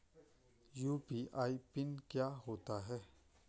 UPI PIN क्या होता है?